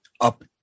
up